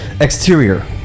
Exterior